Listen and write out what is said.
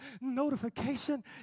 notification